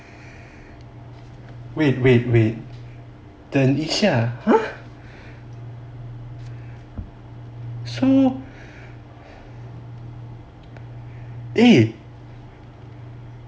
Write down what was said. wait wait wait 等一下 !huh! so mm